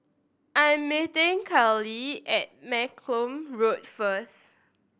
I am meeting Caylee at Malcolm Road first